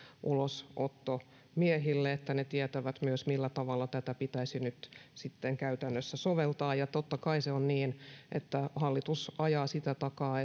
ulosottomiehille että he tietävät myös millä tavalla tätä pitäisi nyt sitten käytännössä soveltaa ja totta kai se on niin että hallitus ajaa takaa